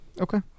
Okay